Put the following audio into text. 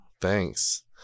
Thanks